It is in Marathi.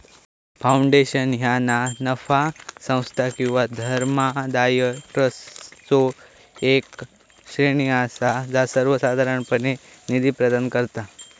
फाउंडेशन ह्या ना नफा संस्था किंवा धर्मादाय ट्रस्टचो येक श्रेणी असा जा सर्वोसाधारणपणे निधी प्रदान करता